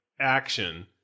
action